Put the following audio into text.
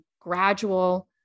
gradual